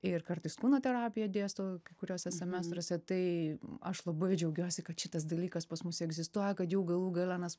ir kartais kūno terapiją dėstau kai kuriose semestruose tai aš labai džiaugiuosi kad šitas dalykas pas mus egzistuoja kad jau gale nes